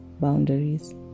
boundaries